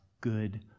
good